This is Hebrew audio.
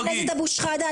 חבר הכנסת אבו שחאדה,